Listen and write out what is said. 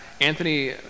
Anthony